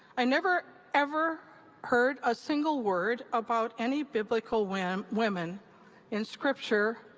i never, ever heard a single word about any biblical women women in scripture,